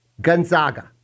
Gonzaga